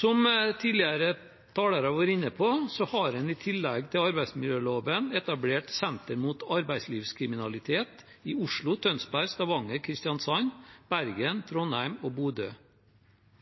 Som tidligere talere har vært inne på, har en i tillegg til arbeidsmiljøloven etablert sentre mot arbeidslivskriminalitet i Oslo, Tønsberg, Stavanger, Kristiansand, Bergen, Trondheim og Bodø.